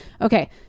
Okay